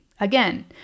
Again